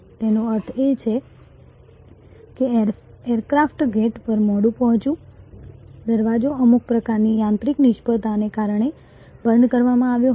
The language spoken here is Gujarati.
તેનો અર્થ એ કે એરક્રાફ્ટ ગેટ પર મોડું પહોંચ્યું દરવાજો અમુક પ્રકારની યાંત્રિક નિષ્ફળતાને કારણે બંધ કરવામાં આવ્યો હતો